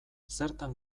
zertan